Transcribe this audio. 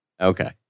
Okay